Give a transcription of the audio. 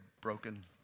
broken